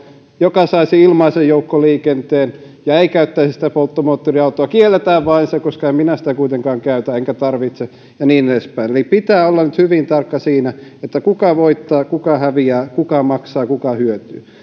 joka saisi ilmaisen joukkoliikenteen ja ei käyttäisi polttomoottoriautoa kielletään vain se koska en minä sitä kuitenkaan käytä enkä tarvitse ja niin edespäin eli pitää olla nyt hyvin tarkka siinä kuka voittaa ja kuka häviää kuka maksaa ja kuka hyötyy